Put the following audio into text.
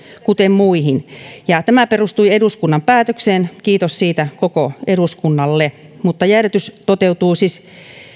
kuten muihin ja tämä perustui eduskunnan päätökseen kiitos siitä koko eduskunnalle mutta jäädytys toteutuu siis